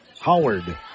Howard